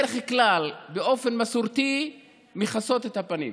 שבדרך כלל, באופן מסורתי, מכסות את הפנים,